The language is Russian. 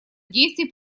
действий